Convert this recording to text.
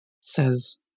Says